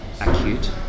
acute